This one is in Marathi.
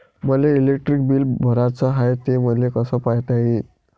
मले इलेक्ट्रिक बिल भराचं हाय, ते मले कस पायता येईन?